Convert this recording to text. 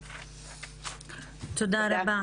תודה.